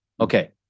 okay